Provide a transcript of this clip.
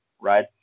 right